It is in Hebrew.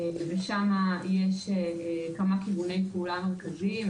ושם יש כמה כיווני פעולה מרכזיים.